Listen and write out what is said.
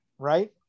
Right